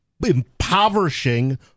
impoverishing